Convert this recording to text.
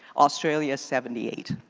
australia is seventy eight.